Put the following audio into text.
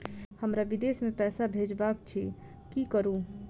हमरा विदेश मे पैसा भेजबाक अछि की करू?